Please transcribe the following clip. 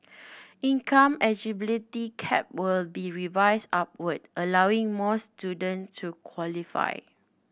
income eligibility cap will be revised upwards allowing more student to qualify